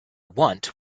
want